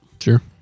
Sure